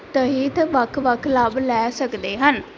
ਤਹਿਤ ਵੱਖ ਵੱਖ ਲਾਭ ਲੈ ਸਕਦੇ ਹਨ